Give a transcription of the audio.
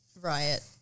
riot